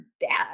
dad